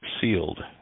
sealed